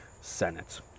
Senate